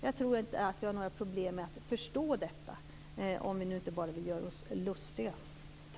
Jag tror inte att vi har några problem med att förstå detta, om vi nu inte vill göra oss lustiga.